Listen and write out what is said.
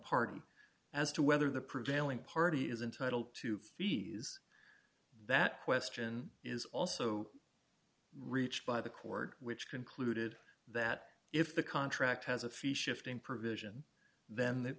party as to whether the prevailing party is entitled to fees that question is also reached by the court which concluded that if the contract has a fee shifting provision then the